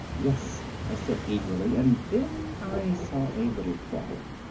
yes, i said eagerly and then i saw a little problem.